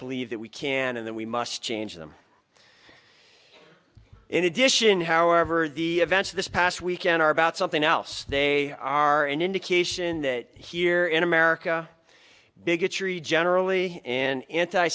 believe that we can and then we must change them in addition however the events of this past weekend are about something else they are an indication that here in america bigotry generally and anti